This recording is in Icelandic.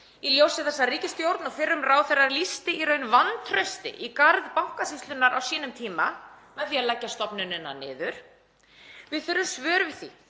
í ljósi þess að ríkisstjórn og fyrrum ráðherra lýstu í raun vantrausti í garð Bankasýslunnar á sínum tíma með því að leggja stofnunina niður. Við þurfum svör við því